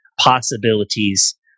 possibilities